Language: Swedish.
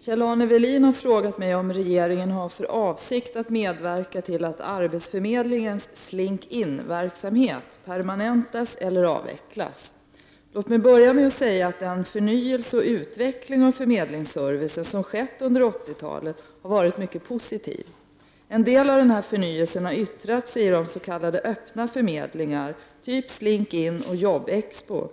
Kjell-Arne Welin har frågat mig om regeringen har för avsikt att medverka till att arbetsförmedlingens Slink In-verksamhet permanentas eller avvecklas. Låt mig börja med att säga att den förnyelse och utveckling av förmedlingsservicen som skett under 1980-talet har varit mycket positiv. En del av denna förnyelse har yttrat sig i s.k. öppna förmedlingar typ Slink In och Jobb-Expo.